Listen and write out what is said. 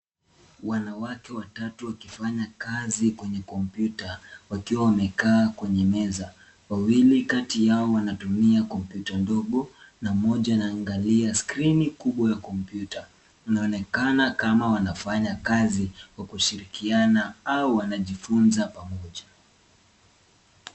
Wanawake watatu wakifanya kazi kwenye kompyuta, wakiwa wamekaa kwenye meza. Wawili kati yao wanatumia kompyuta ndogo na mmoja anaangalia skrini kubwa ya kompyuta. Inaonekana kama wanafanya kazi kwa kushirikiana au wanajifunza pamoja.